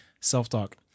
self-talk